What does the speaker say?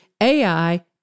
AI